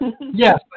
Yes